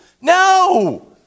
no